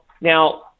now